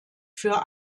für